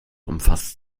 umfasst